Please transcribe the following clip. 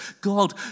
God